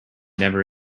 never